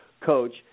coach